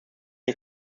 ich